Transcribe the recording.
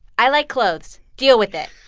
i like clothes. deal with it.